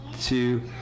two